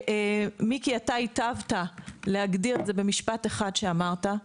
מיקי, היטבת להגדיר את זה במשפט אחד כשאמרת: